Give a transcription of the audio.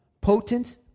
potent